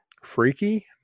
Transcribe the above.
Freaky